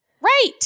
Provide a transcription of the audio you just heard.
Right